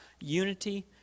unity